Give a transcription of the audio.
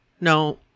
no